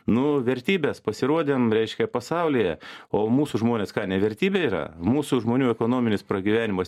nu vertybes pasirodėm reiškia pasaulyje o mūsų žmonės ką nevertybė yra mūsų žmonių ekonominis pragyvenimas